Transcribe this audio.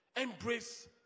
Embrace